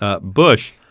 Bush